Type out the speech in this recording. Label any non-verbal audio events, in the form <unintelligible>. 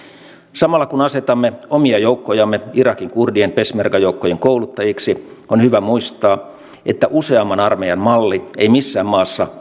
samalla kun asetamme omia joukkojamme irakin kurdien peshmerga joukkojen kouluttajiksi on hyvä muistaa että useamman armeijan malli ei missään maassa <unintelligible>